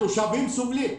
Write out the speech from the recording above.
התושבים סובלים.